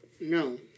No